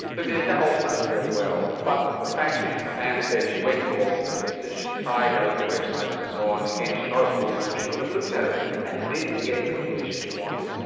but david that all sounds very well but the fact is ann said she went to all these places, she tried out websites and so on and again she's not a fool so she would have looked at it and didn't get the information she wanted.